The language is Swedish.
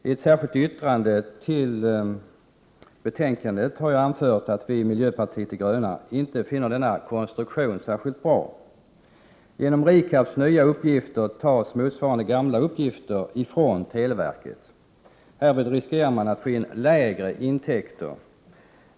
I ett särskilt yttrande till betänkandet har jag anfört att vi i miljöpartiet de gröna inte finner denna konstruktion särskilt bra. Genom RIKAB:s nya uppgifter tas motsvarande gamla uppgifter ifrån televerket. Härvid riskerar man att få in lägre intäkter.